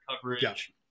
coverage